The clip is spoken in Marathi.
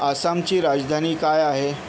आसामची राजधानी काय आहे